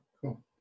Cool